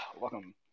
Welcome